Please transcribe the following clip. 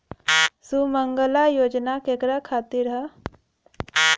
सुमँगला योजना केकरा खातिर ह?